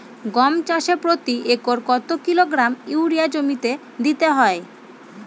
গম চাষে প্রতি একরে কত কিলোগ্রাম ইউরিয়া জমিতে দিতে হয়?